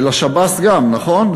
ולשב"ס גם, נכון?